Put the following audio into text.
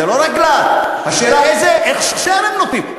זה לא רק גלאט, השאלה איזה הכשר הם נותנים.